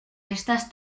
estas